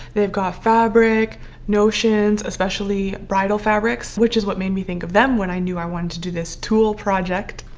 they've got fabric notions, especially bridal fabrics, which is what made me think of them when i knew i wanted to do this tulle project